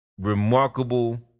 remarkable